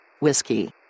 Whiskey